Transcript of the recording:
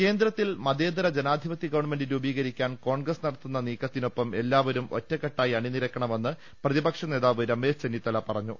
കേന്ദ്രത്തിൽ മതേതര ജനാധിപത്യ ഗവൺമെന്റ് രൂപീകരി ക്കാൻ കോൺഗ്രസ് നടത്തുന്ന നീക്കത്തിനൊപ്പം എല്ലാവരും ഒറ്റക്കെട്ടായി അണിനിരക്കണമെന്ന് പ്രതിപക്ഷ നേതാവ് രമേശ് ചെന്നിത്തല പറഞ്ഞു